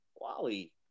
Wally